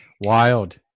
Wild